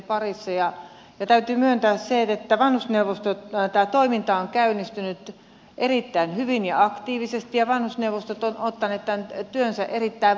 täytyy myöntää se että tämä vanhusneuvostojen toiminta on käynnistynyt erittäin hyvin ja aktiivisesti ja vanhusneuvostot ovat ottaneet tämän työnsä erittäin vakavasti